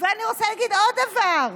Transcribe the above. ואני רוצה להגיד עוד דבר: